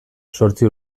zortzi